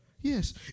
Yes